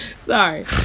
Sorry